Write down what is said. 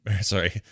Sorry